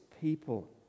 people